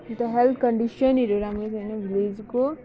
अन्त हेल्थ कन्डिसनहरू राम्रो छैन भिलेजको